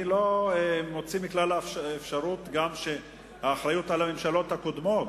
אני לא מוציא מכלל אפשרות גם אחריות על הממשלות הקודמות,